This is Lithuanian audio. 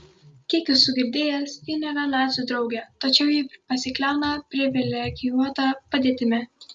kiek esu girdėjęs ji nėra nacių draugė tačiau ji pasikliauna privilegijuota padėtimi